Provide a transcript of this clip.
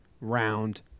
round